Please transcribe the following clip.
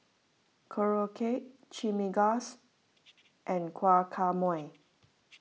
Korokke Chimichangas and Guacamole